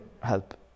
help